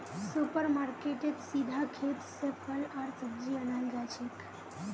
super मार्केटेत सीधा खेत स फल आर सब्जी अनाल जाछेक